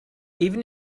even